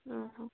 ହଁ ହଁ